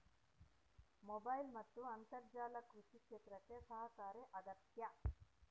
Mobile ಮತ್ತು ಅಂತರ್ಜಾಲ ಕೃಷಿ ಕ್ಷೇತ್ರಕ್ಕೆ ಸಹಕಾರಿ ಆಗ್ತೈತಾ?